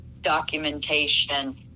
documentation